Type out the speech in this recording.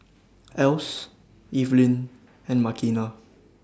Else Evelyn and Makena